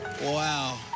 Wow